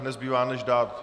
Nezbývá, než dát...